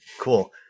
Cool